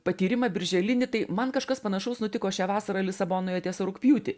patyrimą birželinį tai man kažkas panašaus nutiko šią vasarą lisabonoje tiesa rugpjūtį